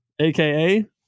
aka